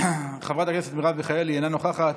חברת הכנסת מרב מיכאלי, אינה נוכחת,